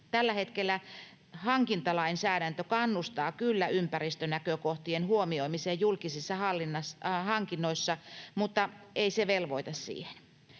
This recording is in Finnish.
Tällä hetkellä hankintalainsäädäntö kannustaa kyllä ympäristönäkökohtien huomioimiseen julkisissa hankinnoissa, mutta ei se velvoita siihen.